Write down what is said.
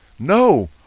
No